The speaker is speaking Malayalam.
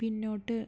പിന്നോട്ട്